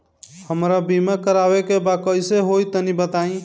हमरा बीमा करावे के बा कइसे होई तनि बताईं?